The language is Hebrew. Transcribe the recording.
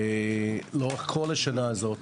לאורך כל השנה הזו,